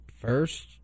first